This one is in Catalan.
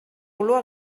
olor